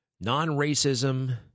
Non-racism